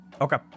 Okay